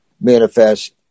Manifest